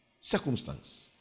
Circumstance